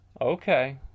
Okay